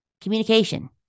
Communication